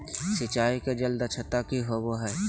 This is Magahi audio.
सिंचाई के जल दक्षता कि होवय हैय?